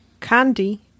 Candy